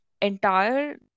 entire